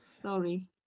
Sorry